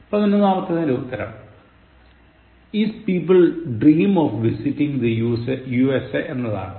പതിനൊന്നാമാത്തെതിന്റെ ഉത്തരം Is people dream of visiting the USA എന്നതാണ്